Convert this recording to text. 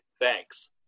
thanks